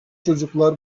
çocuklar